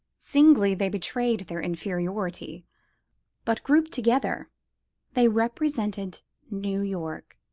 singly they betrayed their inferiority but grouped together they represented new york,